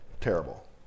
terrible